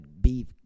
beef